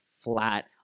flat